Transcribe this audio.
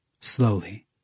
slowly